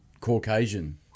caucasian